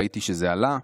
ראיתי שזה עלה.